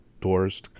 doors